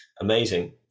amazing